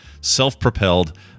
self-propelled